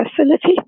facility